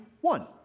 one